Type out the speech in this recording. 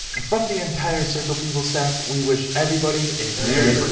and from the entire circle people staff we wish everybody a merry